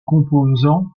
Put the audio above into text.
composants